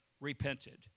repented